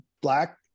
black